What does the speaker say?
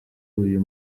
uyu